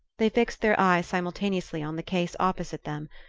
they fixed their eyes simultaneously on the case opposite them,